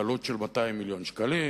בעלות של 200 מיליון שקלים.